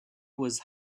was